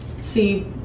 see